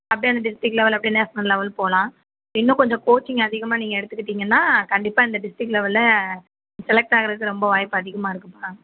அப்படியே அந்த district level அப்படியே நேஷ்னல் லெவல் போகலாம் இன்னும் கொஞ்சம் கோச்சிங் அதிகமாக நீங்கள் எடுத்துக்கிட்டிங்கன்னா கண்டிப்பாக இந்த டிஸ்டிரிக் லெவலில் செலக்ட் ஆகுறக்கு ரொம்ப வாய்ப்பு அதிகமாக இருக்குப்பா